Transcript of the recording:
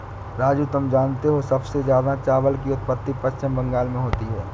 राजू तुम जानते हो सबसे ज्यादा चावल की उत्पत्ति पश्चिम बंगाल में होती है